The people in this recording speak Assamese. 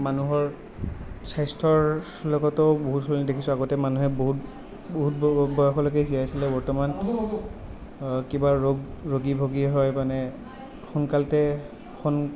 মানুহৰ স্বাস্থ্যৰ লগতো বহুতখিনি দেখিছোঁ আগতে মানুহে বহুত বহুত বয়সৰলৈকে জীয়াই আছিলে বৰ্তমান কিবা ৰোগ ৰোগী ভোগীয়ে হয় মানে সোনকালতে